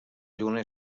lluna